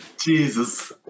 Jesus